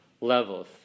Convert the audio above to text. levels